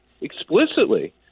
explicitly